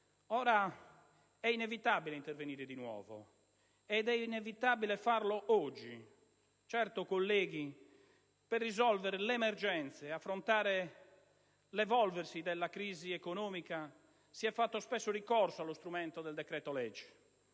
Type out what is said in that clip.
Ora è inevitabile intervenire di nuovo ed è inevitabile farlo oggi. Certo, colleghi, per risolvere le emergenze e affrontare l'evolversi della crisi economica si è fatto spesso ricorso allo strumento del decreto-legge